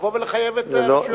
לבוא ולחייב את הרשויות המקומיות.